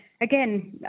again